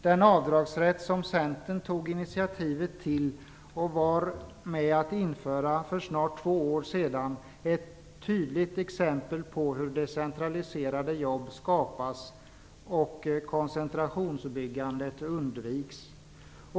Den avdragsrätt som Centern tog initiativet till och var med om att införa för snart två år sedan är ett tydligt exempel på hur decentraliserade jobb skapas och koncentrationsbyggandet undviks.